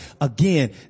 Again